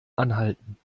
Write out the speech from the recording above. anhalten